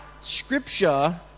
Scripture